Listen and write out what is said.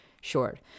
short